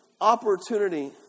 opportunity